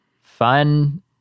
fun